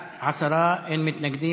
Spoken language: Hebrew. מסכימים.